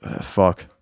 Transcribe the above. fuck